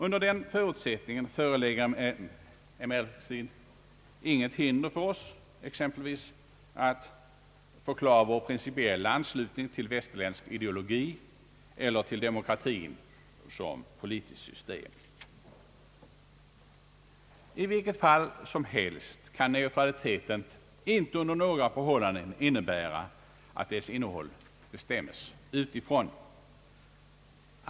Under den nämnda förutsättningen föreligger emellertid inget hinder för oss att förklara vår principiella anslutning till västerländsk ideologi eller till demokratin som politiskt system. I vilket fall som helst kan neutraliteten inte under några förhållanden innebära att dess innehåll bestämmes utifrån.